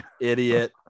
Idiot